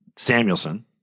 Samuelson